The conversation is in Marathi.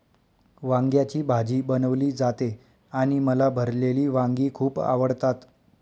वांग्याची भाजी बनवली जाते आणि मला भरलेली वांगी खूप आवडतात